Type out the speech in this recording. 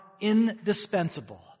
indispensable